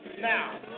now